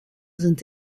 sind